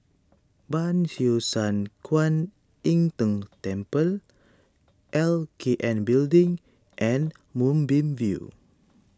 Ban Siew San Kuan Im Tng Temple L K N Building and Moonbeam View